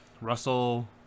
Russell